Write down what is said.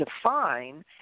define